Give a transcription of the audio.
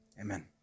Amen